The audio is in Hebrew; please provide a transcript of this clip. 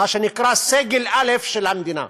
מה שנקרא סגל א' של המדינה,